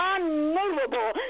Unmovable